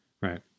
right